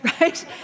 right